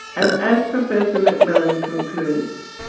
and as professor macmillan concludes,